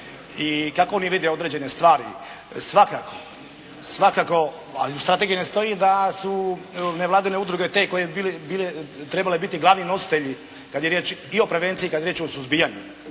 i kako oni vide određene stvari. Svakako, svakako. A i u strategiji ne stoji da su nevladine udruge te koje bi bile, trebale biti glavni nositelji kad je riječ i o prevenciji,